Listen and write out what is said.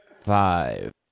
five